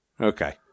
Okay